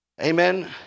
Amen